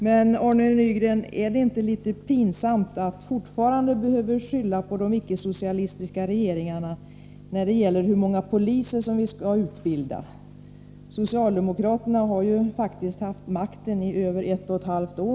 Men, Arne Nygren, är det inte litet pinsamt att fortfarande behöva skylla på de icke-socialistiska regeringarna när det gäller hur många poliser vi skall utbilda? Socialdemokraterna har ju faktiskt haft makten i över ett och ett halvt år.